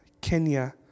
Kenya